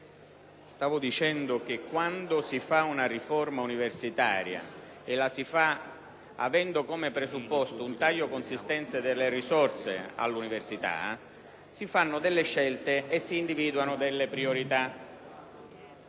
Stavo dicendo che quando si fa una riforma universitaria, e la si fa avendo come presupposto un taglio consistente delle risorse all'università, si fanno delle scelte e si individuano delle priorità.